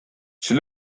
she